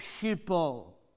people